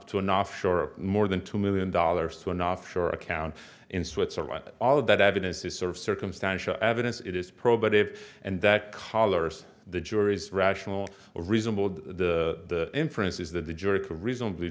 to an offshore more than two million dollars to an offshore account in switzerland all of that evidence is sort of circumstantial evidence it is pro but it and that collars the juries rational reasonable doubt the inferences that the jury to reasonably